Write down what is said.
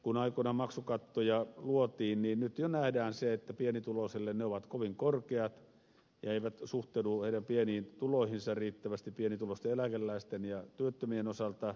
kun aikoinaan maksukattoja luotiin niin meillä nyt jo nähdään se että pienituloiselle ne ovat kovin korkeat eivätkä suhteudu heidän pieniin tuloihinsa riittävästi pienituloisten eläkeläisten ja työttömien osalta